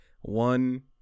one